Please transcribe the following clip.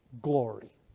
glory